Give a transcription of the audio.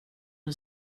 det